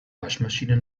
waschmaschine